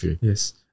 Yes